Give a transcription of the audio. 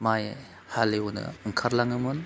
माय हालेवनो ओंखार लाङोमोन